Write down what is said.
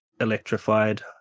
electrified